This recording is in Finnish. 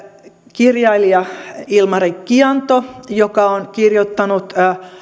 kirjailija ilmari kianto joka on kirjoittanut